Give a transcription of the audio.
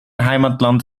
heimatland